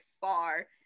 far